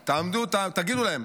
היא להגיד להם: